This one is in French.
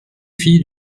filles